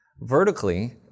Vertically